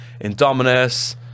indominus